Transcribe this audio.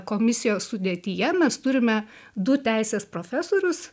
komisijos sudėtyje mes turime du teisės profesorius